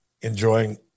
enjoying